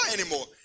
anymore